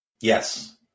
Yes